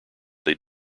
they